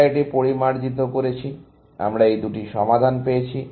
আমরা এটি পরিমার্জিত করেছি আমরা এই দুটি সমাধান পেয়েছি